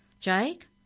Jake